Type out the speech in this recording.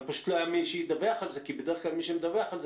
שפשוט לא היה מי שידווח על כך כי בדרך כלל מי שמדווח על כך,